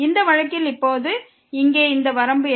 இந்த வழக்கில் இப்போது இங்கே இந்த வரம்பு என்ன